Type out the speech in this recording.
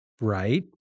Right